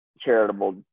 Charitable